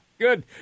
Good